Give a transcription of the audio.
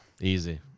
easy